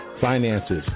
finances